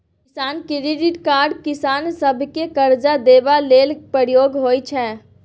किसान credit card किसान सभकेँ करजा देबा लेल प्रयोग होइ छै